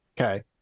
Okay